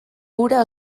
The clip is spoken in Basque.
hura